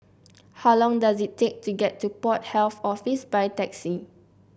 how long does it take to get to Port Health Office by taxi